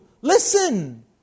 listen